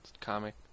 comic